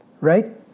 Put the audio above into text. right